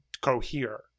cohere